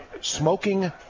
smoking